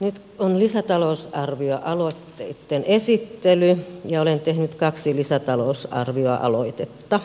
nyt on lisätalousarvioaloitteitten esittely ja olen tehnyt kaksi lisätalousarvioaloitetta